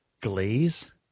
glaze